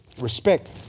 Respect